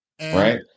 Right